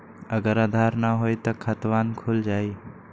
अगर आधार न होई त खातवन खुल जाई?